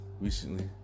recently